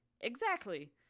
Exactly